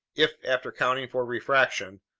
if, after accounting for refraction,